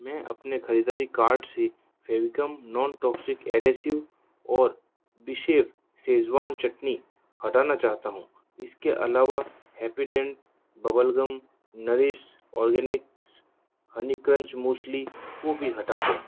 मैं अपने खरीददारी कार्ट से फ़ेविगम नॉन टॉक्सिक एडहेसिव और बीशेफ़ शेज़वान चटनी हटाना चाहता हूँ इसके अलावा Happydent bubblegum Nourish Organics honey crunch muesli वह भी हटा दें